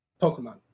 Pokemon